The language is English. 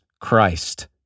Christ